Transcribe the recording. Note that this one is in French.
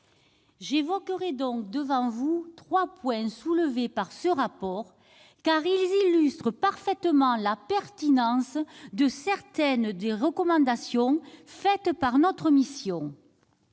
J'aborderai trois points soulevés par ce rapport qui illustrent parfaitement la pertinence de certaines des recommandations faites par notre mission